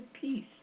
peace